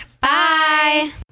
Bye